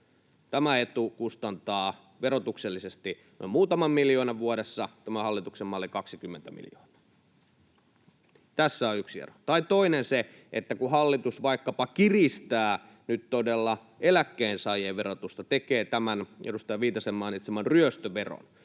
Tämä etu kustantaa verotuksellisesti muutaman miljoonan vuodessa, hallituksen malli 20 miljoonaa. Tässä on yksi. Tai toinen on se, että kun hallitus vaikkapa kiristää nyt todella eläkkeensaajien verotusta — tekee tämän edustaja Viitasen mainitseman ryöstöveron,